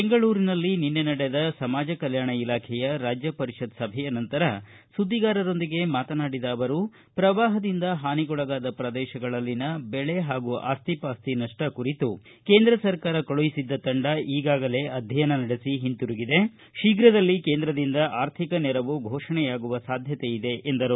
ಬೆಂಗಳೂರಿನಲ್ಲಿ ನಿನ್ನೆ ನಡೆದ ಸಮಾಜ ಕಲ್ಕಾಣ ಇಲಾಖೆಯ ರಾಜ್ಯ ಪರಿಷತ್ ಸಭೆಯ ನಂತರ ಸುದ್ದಿಗಾರರೊಂದಿಗೆ ಮಾತನಾಡಿದ ಅವರು ಪ್ರವಾಹದಿಂದ ಹಾನಿಗೊಳಗಾದ ಪ್ರದೇಶಗಳಲ್ಲಿನ ಬೆಳೆ ಹಾಗು ಆಸ್ತಿ ಪಾಸ್ತಿ ನಷ್ಟ ಕುರಿತು ಕೇಂದ್ರ ಸರ್ಕಾರ ಕಳುಹಿಸಿದ್ದ ತಂಡ ಈಗಾಗಲೇ ಅಧ್ಯಯನ ನಡೆಸಿ ಹಿಂತಿರುಗಿದ್ದು ಶೀಘ್ರದಲ್ಲೇ ಕೇಂದ್ರದಿಂದ ಆರ್ಥಿಕ ನೆರವು ಫೋಷಣೆಯಾಗುವ ಸಾಧ್ಯತೆ ಇದೆ ಎಂದರು